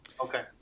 Okay